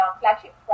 flagship